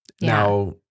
now